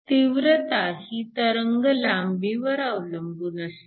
तीव्रता ही तरंगलांबीवर अवलंबून असते